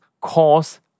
cause